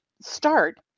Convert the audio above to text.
start